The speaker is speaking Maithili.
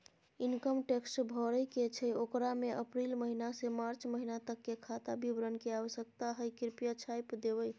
इनकम टैक्स भरय के छै ओकरा में अप्रैल महिना से मार्च महिना तक के खाता विवरण के आवश्यकता हय कृप्या छाय्प देबै?